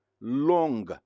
long